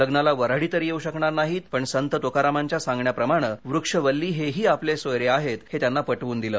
लग्नाला वऱ्हाडी तर येऊ शकणार नाहीत पण संत तुकारामांच्या सांगण्याप्रमाणे वृक्षवल्ली हेही आपले सोयरे आहेत हे त्यांना प ब्रून दिलं